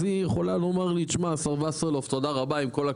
אז היא יכולה לומר לי תשמע השר וסרלאוף תודה רבה עם כל הכבוד,